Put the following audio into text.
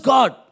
God